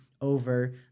over